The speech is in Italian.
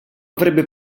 avrebbe